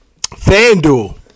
Fanduel